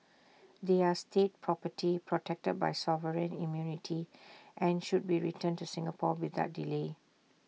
they are state property protected by sovereign immunity and should be returned to Singapore without delay